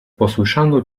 posłyszano